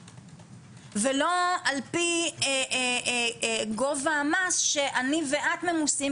ולא על פי גובה המס שאני ואת ממוסים,